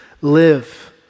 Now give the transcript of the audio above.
live